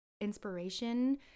inspiration